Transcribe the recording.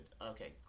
Okay